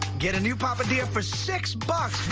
get a new papadia for six bucks.